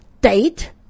date